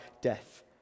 death